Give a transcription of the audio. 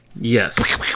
Yes